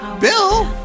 Bill